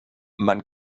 man